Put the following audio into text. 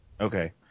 Okay